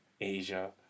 Asia